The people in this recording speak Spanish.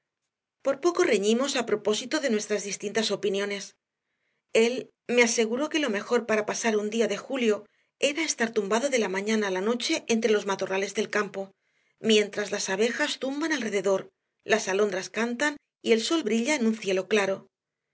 por poco reñimos a propósito de nuestras distintas opiniones él me aseguró que lo mejor para pasar un día de julio era estar tumbado de la mañana a la noche entre los matorrales del campo mientras las abejas zumban alrededor las alondras cantan y el sol brilla en un cielo claro